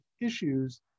issues